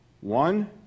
One